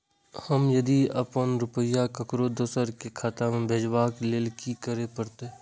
हम यदि अपन रुपया ककरो दोसर के खाता में भेजबाक लेल कि करै परत?